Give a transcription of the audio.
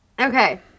Okay